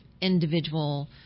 individual